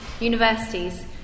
universities